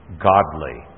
godly